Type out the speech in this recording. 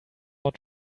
more